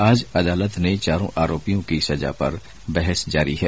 आज अदालत ने चारो आरोपियों की सजा पर बहस जारी है